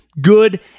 good